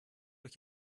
euch